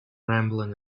rambling